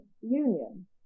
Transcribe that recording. Union